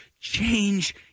change